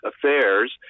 affairs